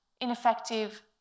ineffective